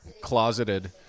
Closeted